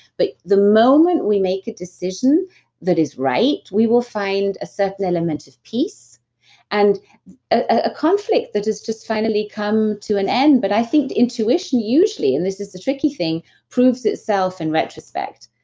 but the moment we make a decision that is right, we will find a certain element of peace and a conflict that has just finally come to an end. but i think intuition usually and this is the tricky thing proves itself in retrospect.